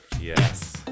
Yes